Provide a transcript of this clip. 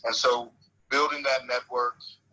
and so building that network,